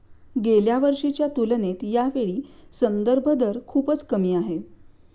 गेल्या वर्षीच्या तुलनेत यावेळी संदर्भ दर खूपच कमी आहे